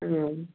ആ